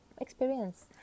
experience